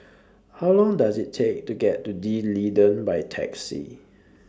How Long Does IT Take to get to D'Leedon By Taxi